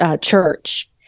church